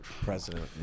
President